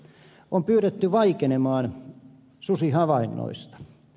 on pyydetty vaikenemaan susihavainnoista